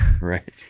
right